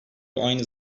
aynı